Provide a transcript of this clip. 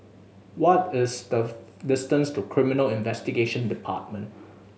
what is the distance to Criminal Investigation Department